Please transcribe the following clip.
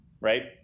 right